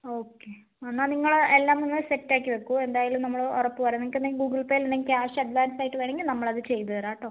okay എന്നാൽ നിങ്ങൾ എല്ലാം ഒന്ന് സെറ്റ് ആക്കി വെക്കൂ എന്തായാലും നമ്മൾ ഉറപ്പ് പറയാ നിങ്ങൾക്ക് എന്തെങ്കിലും ഗൂഗിൾ പേയിൽ എന്തെങ്കിലും ക്യാഷ് അഡ്വാൻസ് ആയിട്ട് വേണമെങ്കിൽ നമ്മൾ അത് ചെയ്ത് തരാട്ടോ